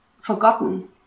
forgotten